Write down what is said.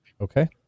Okay